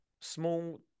Small